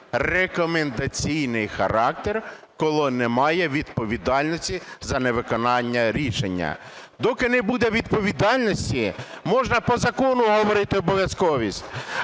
рекомендаційний характер, коли немає відповідальності за невиконання рішення. Доки не буде відповідальності, можна по закону говорити обов'язковість,